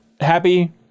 Happy